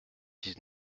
dix